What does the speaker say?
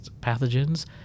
pathogens